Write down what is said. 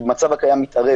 בית המשפט במצב הקיים מתערב